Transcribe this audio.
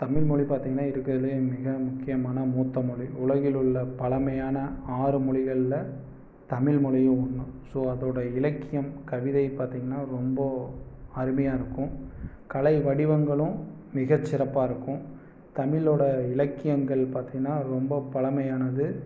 தமிழ்மொழி பார்த்திங்கன்னா இருக்கிறதுலயே மிக முக்கியமான மூத்த மொழி உலகில் உள்ள பழமையான ஆறு மொழிகளில் தமிழ் மொழியும் ஒன்று ஸோ அதோட இலக்கியம் கவிதை பார்த்திங்ன்னா ரொம்ப அருமையாக இருக்கும் கலை வடிவங்களும் மிகச்சிறப்பாக இருக்கும் தமிழோட இலக்கியங்கள் பார்த்திங்கன்னா ரொம்ப பழைமையானது